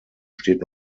steht